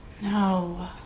No